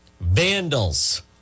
Vandals